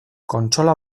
kontsola